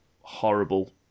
horrible